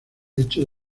lecho